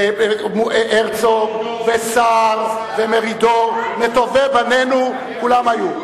הרצוג, סער ומרידור וטובי בנינו, כולם היו.